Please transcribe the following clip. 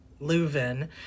Leuven